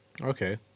Okay